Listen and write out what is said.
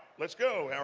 let's go and